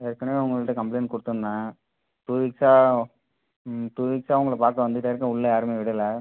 ஏற்கனவே உங்ககிட்ட கம்ப்ளைண்ட் கொடுத்துருந்தேன் டூ வீக்ஸா டூ வீக்ஸா உங்களை பார்க்க வந்துட்டே இருக்கேன் உள்ளே யாருமே விடலை